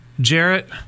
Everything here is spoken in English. Jarrett